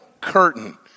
curtain